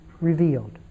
revealed